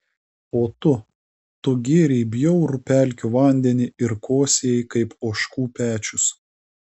o tu tu gėrei bjaurų pelkių vandenį ir kosėjai kaip ožkų pečius